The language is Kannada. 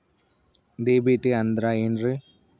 ಡಿ.ಬಿ.ಟಿ ಅಂದ್ರ ಏನ್ರಿ?